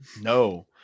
No